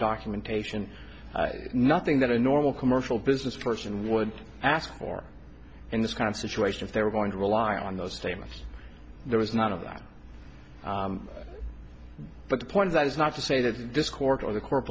documentation nothing that a normal commercial business person would ask for in this kind of situation if they were going to rely on those statements there was none of that but the point is that is not to say that this court or the co